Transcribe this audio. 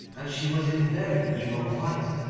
and she was in very evil plight.